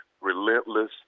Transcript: relentless